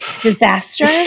disaster